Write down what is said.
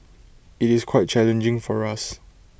IT is quite challenging for us